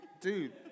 dude